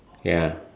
ya